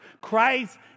Christ